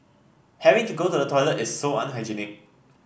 having to go to the toilet is so unhygienic